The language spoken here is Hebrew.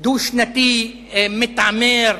דו-שנתי מתעמר,